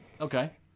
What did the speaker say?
okay